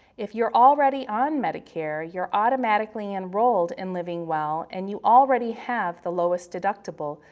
if you're already on medicare you're automatically enrolled in livingwell and you already have the lowest deductible,